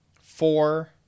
four